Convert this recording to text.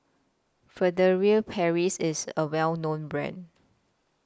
Furtere Paris IS A Well known Brand